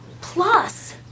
Plus